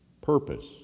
purpose